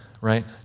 right